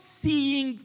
seeing